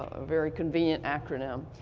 a very convenient acronym.